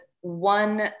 one